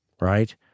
right